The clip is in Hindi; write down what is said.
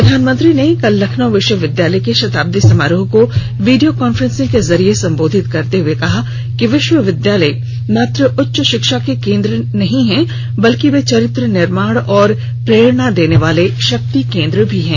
प्रधानमंत्री ने कल लखनऊ विश्वविद्यालय के शताब्दी समारोह को वीडियो कांफ्रेंसिंग से संबोधित करते हुए कहा कि विश्वविद्यालय मात्र उच्च शिक्षा के केन्द्र नहीं हैं बल्कि वे चरित्र निर्माण और प्रेरणा देने वाले शक्ति केन्द्र भी हैं